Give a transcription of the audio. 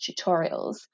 tutorials